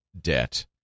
debt